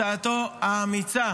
הצעתו האמיצה